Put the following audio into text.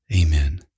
Amen